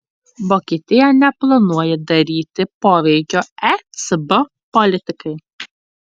vokietija neplanuoja daryti poveikio ecb politikai